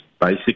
basic